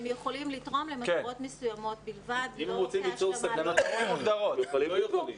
הם יכולים לתרום למטרות מסוימות בלבד, לא כהשלמה.